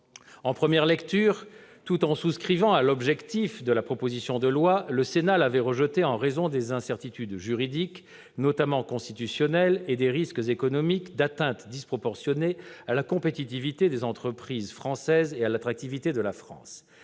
En première lecture, tout en souscrivant à l'objectif qu'elle poursuit, le Sénat avait rejeté la proposition de loi en raison des incertitudes juridiques, notamment constitutionnelles, et des risques économiques d'atteinte disproportionnée à la compétitivité des entreprises françaises et à l'attractivité de la France.